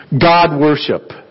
God-worship